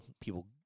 People